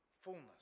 fullness